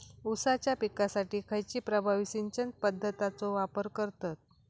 ऊसाच्या पिकासाठी खैयची प्रभावी सिंचन पद्धताचो वापर करतत?